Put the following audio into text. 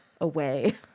away